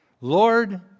Lord